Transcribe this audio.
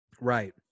right